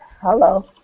Hello